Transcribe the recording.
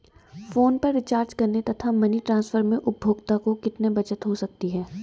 Phone पर recharge करने तथा मनी ट्रांसफर में उपभोक्ता को कितनी बचत हो सकती है?